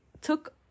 took